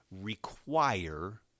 require